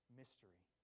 mystery